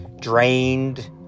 drained